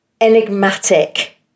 enigmatic